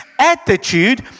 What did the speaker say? Attitude